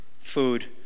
Food